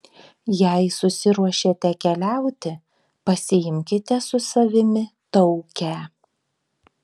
jei susiruošėte keliauti pasiimkite su savimi taukę